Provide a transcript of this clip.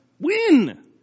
Win